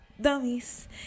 Dummies